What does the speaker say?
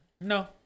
No